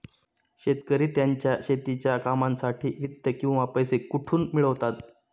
शेतकरी त्यांच्या शेतीच्या कामांसाठी वित्त किंवा पैसा कुठून मिळवतात?